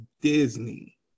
Disney